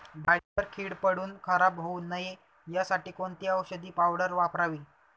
डाळीवर कीड पडून खराब होऊ नये यासाठी कोणती औषधी पावडर वापरावी?